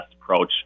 approach